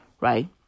right